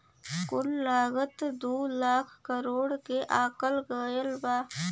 कुल लागत दू लाख करोड़ के आकल गएल बा